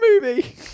movie